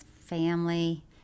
family